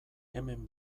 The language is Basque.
hemen